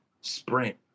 sprint